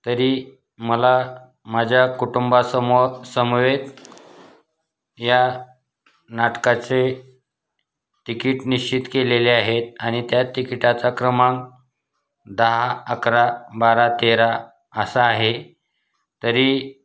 तरी मला माझ्या कुटुंबासमो समवेत या नाटकाचे तिकीट निश्चित केलेले आहेत आणि त्या तिकिटाचा क्रमांक दहा अकरा बारा तेरा असा आहे तरी